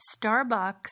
Starbucks